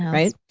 right?